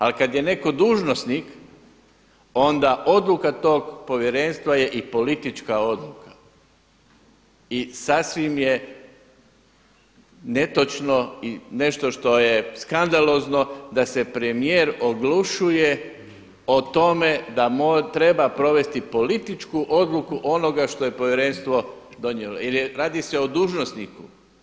Ali kada je netko dužnosnik onda odluka tog povjerenstva je i politička odluka i sasvim je netočno i nešto što je skandalozno da se premijer oglušuje o tome da treba provesti političku odluku onoga što je povjerenstvo donijelo jer radi se o dužnosniku.